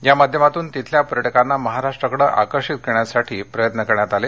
या माध्यमातून तिथल्या पर्यटकांना महाराष्ट्राकडे आकर्षित करण्यासाठी प्रयत्न करण्यात आले